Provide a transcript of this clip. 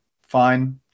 fine